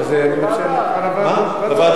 אז אם כך, כדאי להביא את זה לוועדה.